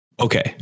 Okay